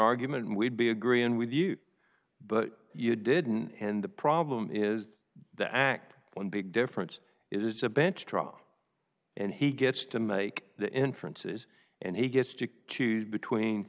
argument and we'd be agreeing with you but you didn't and the problem is the act one big difference is a bench trial and he gets to make the inferences and he gets to accuse between